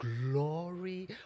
glory